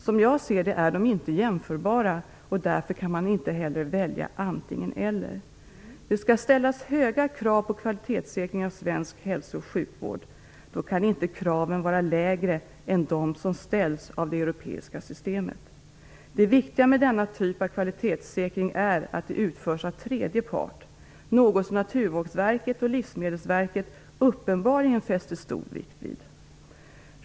Som jag ser det är de inte jämförbara, och därför kan inte heller ett val antingen-eller göras mellan dem. Det skall ställas höga krav på kvalitetssäkring av svensk hälso och sjukvård, och då kan inte kraven vara lägre än de som ställs inom det europeiska systemet. Det viktiga med denna typ av kvalitetssäkring är att den utförs av tredje part - något som Naturvårdsverket och Livsmedelsverket uppenbarligen fäster stor vikt vid.